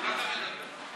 נתקבל.